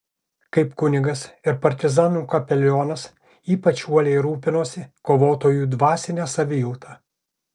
kaip kunigas ir partizanų kapelionas ypač uoliai rūpinosi kovotojų dvasine savijauta